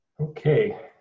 Okay